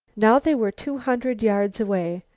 now they were two hundred yards away,